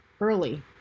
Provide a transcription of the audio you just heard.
early